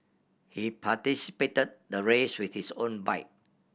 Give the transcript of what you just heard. he participated the race with his own